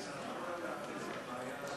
יש הבנה של הבעיה,